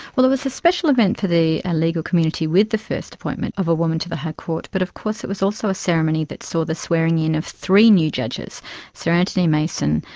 well, it was a special event for the ah legal community with the first appointment of a woman to the high court, but of course it was also a ceremony that saw the swearing-in of three new judges sir anthony mason,